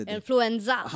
Influenza